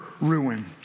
ruin